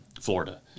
Florida